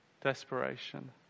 desperation